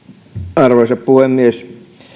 arvoisa puhemies